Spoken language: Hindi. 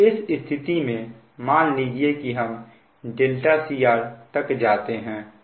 तो इस स्थिति में मान लीजिए कि हम δcr तक जाते हैं